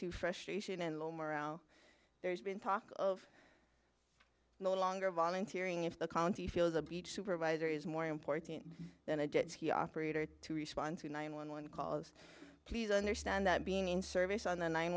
to frustration and low morale there's been talk of no longer volunteering if the county feels a beach supervisor is more important than a jet ski operator to respond to nine one one calls please understand that being in service on the nine